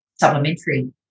supplementary